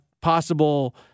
possible